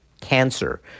cancer